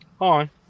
Hi